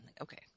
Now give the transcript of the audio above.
okay